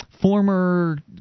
former